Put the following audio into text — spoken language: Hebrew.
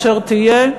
אשר תהיה,